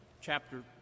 chapter